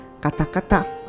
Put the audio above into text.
katakata